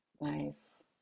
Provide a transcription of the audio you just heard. nice